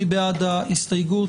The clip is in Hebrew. מי בעד ההסתייגות?